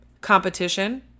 competition